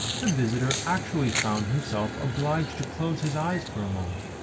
the visitor actually found himself obliged to close his eyes for a moment,